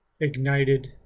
ignited